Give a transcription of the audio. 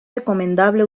recomendable